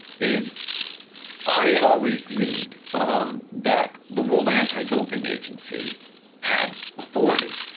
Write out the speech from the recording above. is i had always viewed um that the world anti-doping agency had authority,